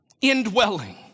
indwelling